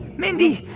mindy,